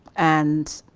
and,